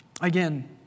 Again